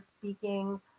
speaking